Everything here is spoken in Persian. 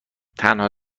تنها